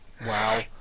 Wow